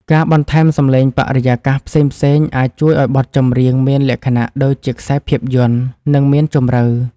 ការបន្ថែមសំឡេងបរិយាកាសផ្សេងៗអាចជួយឱ្យបទចម្រៀងមានលក្ខណៈដូចជាខ្សែភាពយន្ត និង មានជម្រៅ។